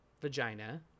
vagina